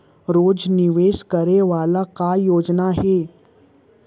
रोज निवेश करे वाला का योजना हे?